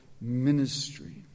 ministry